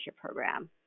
program